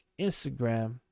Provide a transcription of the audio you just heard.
Instagram